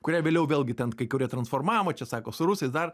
kurią vėliau vėlgi ten kai kurie transformavo čia sako su rusais dar